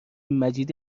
مجید